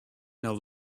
now